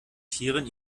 tieren